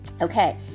Okay